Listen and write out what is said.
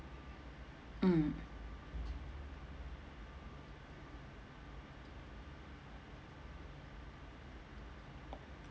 mm